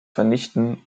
vernichten